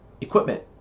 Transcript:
equipment